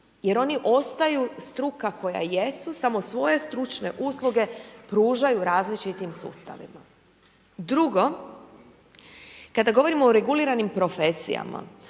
jer oni ostaju struka koja jesu, samo svoje stručne usluge pružaju različitim sustavima. Drugo, kada govorimo o reguliranim profesijama,